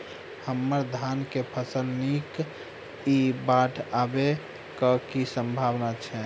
हम्मर धान केँ फसल नीक इ बाढ़ आबै कऽ की सम्भावना छै?